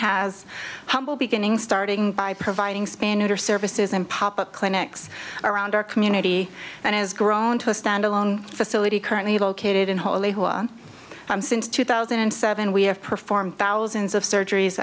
has humble beginnings starting by providing spanier services and pop up clinics around our community and it has grown to a standalone facility currently located in holy hua since two thousand and seven we have performed thousands of surgeries